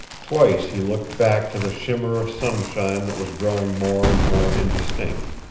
twice he looked back to the shimmer of sunshine that was growing more and more indistinct.